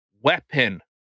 weapon